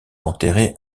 enterré